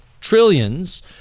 Trillions